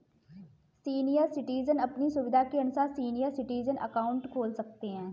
senior citizen अपनी सुविधा के अनुसार सीनियर सिटीजन अकाउंट खोल सकते है